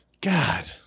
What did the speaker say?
God